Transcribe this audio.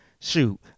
Shoot